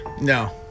No